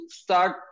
start